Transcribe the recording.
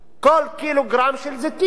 כל קילוגרם של זיתים?